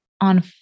on